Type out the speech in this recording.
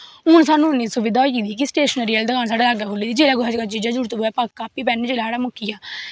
हून साह्नू इन्नी सुविधा होई गेदी कि स्टेशनरी आह्ली दकान साढ़ै लाग्गै खुल्ली दी जिसलै कुसै जे जे जरूरत पवै कापी पैन जिसलै मुक्की जा